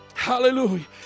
Hallelujah